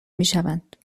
میشوند